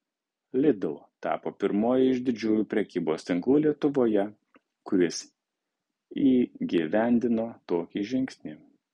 lidl tapo pirmuoju iš didžiųjų prekybos tinklų lietuvoje kuris įgyvendino tokį žingsnį